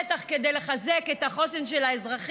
בטח כדי לחזק את החוסן של האזרחים,